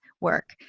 work